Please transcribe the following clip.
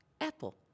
Apple